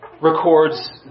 records